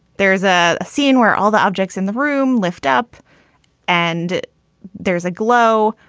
there is a a scene where all the objects in the room lift up and there is a glow,